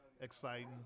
exciting